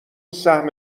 سهم